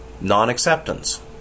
non-acceptance